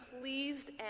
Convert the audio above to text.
pleased